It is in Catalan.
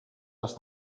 les